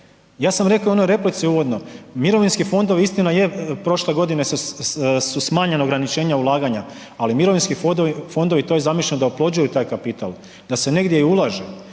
Ja sam rekao i onoj replici uvodno, mirovinski fondovi istina je prošle godine su smanjena ograničenja ulaganja, ali mirovinski fondovi to je zamišljeno da oplođuju taj kapital da se negdje i ulaže.